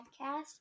podcast